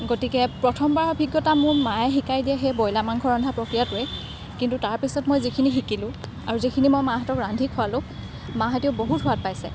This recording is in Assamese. গতিকে প্ৰথমবাৰ অভিজ্ঞতা মোৰ মায়ে শিকাই দিয়া সেই ব্ৰইলাৰ মাংস ৰন্ধা প্ৰক্ৰিয়াটোৱে কিন্তু তাৰপিছত মই যিখিনি শিকিলোঁ আৰু যিখিনি মই মাহঁতক ৰান্ধি খোৱালোঁ মাহঁতেও বহুত সোৱাদ পাইছে